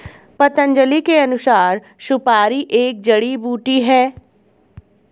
पतंजलि के अनुसार, सुपारी एक जड़ी बूटी है